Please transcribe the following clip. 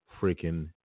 freaking